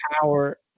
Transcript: power